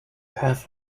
have